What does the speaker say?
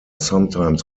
sometimes